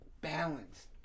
balanced